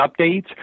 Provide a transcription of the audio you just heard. updates